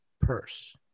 purse